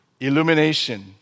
Illumination